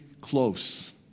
close